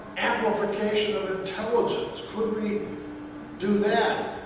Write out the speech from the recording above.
amplification of intelligence? could we do that?